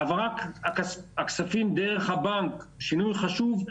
העברת הכספים דרך הבנק, שינוי חשוב.